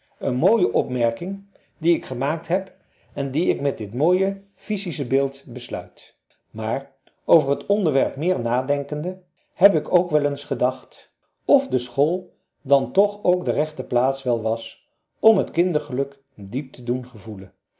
een mooie opmerking die ik gemaakt heb en die ik met dit mooie physische beeld besluit maar over t onderwerp meer nadenkende heb ik ook wel eens gedacht of de school dan toch ook de rechte plaats wel was om het kindergeluk diep te doen gevoelen